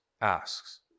asks